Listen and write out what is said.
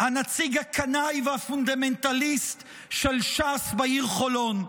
הנציג הקנאי והפונדמנטליסט של ש"ס בעיר חולון,